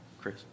Chris